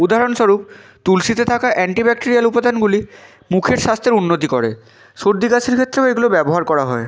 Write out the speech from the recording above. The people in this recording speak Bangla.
উদাহরণস্বরূপ তুলসীতে থাকা অ্যান্টিব্যাকটেরিয়াল উপাদানগুলি মুখের স্বাস্থ্যের উন্নতি করে সর্দি কাশির ক্ষেত্রেও এগুলো ব্যবহার করা হয়